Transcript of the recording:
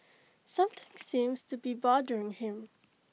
something seems to be bothering him